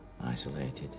isolated